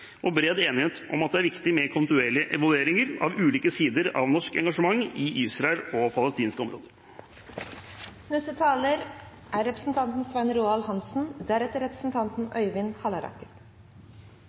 og bred enighet om at det er viktig med kontinuerlige evalueringer av ulike sider av det norske engasjementet i Israel og de palestinske